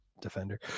defender